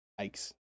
Yikes